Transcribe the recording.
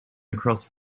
across